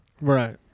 Right